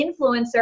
influencer